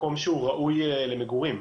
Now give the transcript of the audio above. מקום שראוי למגורים.